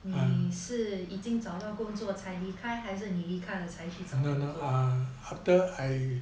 err 你是已经找到工作才离开还是你离开了才去找工作